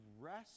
rest